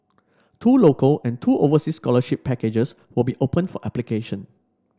two local and two overseas scholarship packages will be open for application